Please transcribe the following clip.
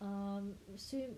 um swim